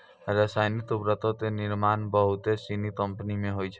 रसायनिक उर्वरको के निर्माण बहुते सिनी कंपनी मे होय छै